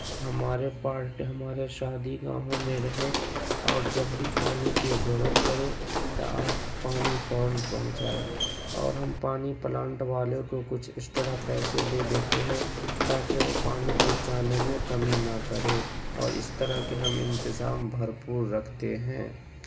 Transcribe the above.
ہمارے پارٹ ہمارے شادی گاہوں میں رہے اور جب بھی پانی کی ضرورت پڑے تو آپ پانی فوراََ پہنچائیں اور ہم پانی پلانٹ والے کو کچھ اسٹرا پیسے دے دیتے ہیں تاکہ وہ پانی پہنچانے میں کمی نہ کرے اور اس طرح کے ہم انتظام بھرپور رکھتے ہیں